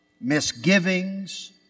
misgivings